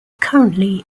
currently